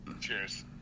Cheers